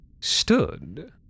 stood